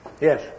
Yes